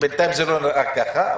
בינתיים זה לא נראה ככה,